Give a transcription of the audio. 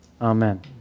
amen